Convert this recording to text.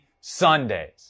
Sundays